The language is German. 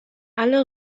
alle